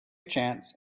chance